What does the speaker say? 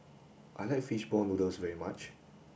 I like fish ball noodles very much